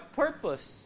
purpose